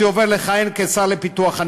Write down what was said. שעובר לכהן כשר לפיתוח הפריפריה,